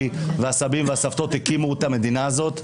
והסבים והסבתות הקימו את המדינה הזאת,